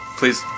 please